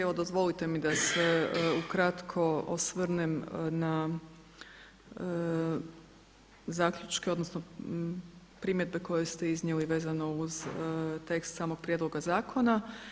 Evo dozvolite mi da se ukratko osvrnem na zaključke, odnosno primjedbe koje ste iznijeli vezano uz tekst samog prijedloga zakona.